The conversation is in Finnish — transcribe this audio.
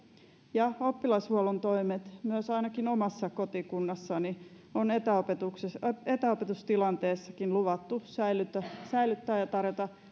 ja oppilashuollon toimet ainakin omassa kotikunnassani on etäopetustilanteessakin luvattu säilyttää säilyttää ja tarjota